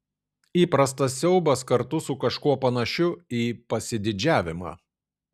įprastas siaubas kartu su kažkuo panašiu į pasididžiavimą